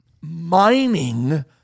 mining